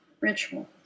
ritual